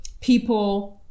people